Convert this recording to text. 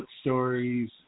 stories